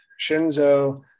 Shinzo